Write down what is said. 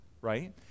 right